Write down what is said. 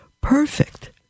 perfect